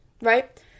right